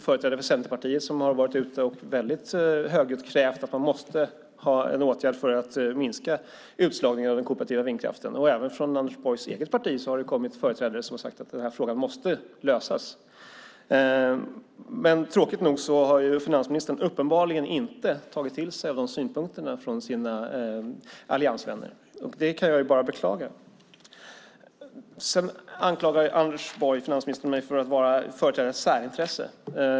Företrädare för Centerpartiet har högljutt krävt att man måste ha åtgärder för att minska utslagningen av den kooperativa vindkraften. Även företrädare för Anders Borgs eget parti har sagt att frågan måste lösas. Tråkigt nog har finansministern uppenbarligen inte tagit till sig de synpunkterna från sina alliansvänner. Det kan jag bara beklaga. Finansministern anklagar mig för att företräda ett särintresse.